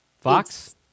Fox